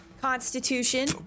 Constitution